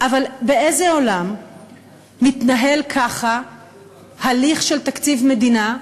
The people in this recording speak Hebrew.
אבל באיזה עולם מתנהל ככה הליך של תקציב מדינה,